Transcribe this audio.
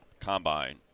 combine